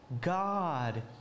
god